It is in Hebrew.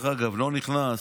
לא נכנס,